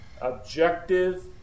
objective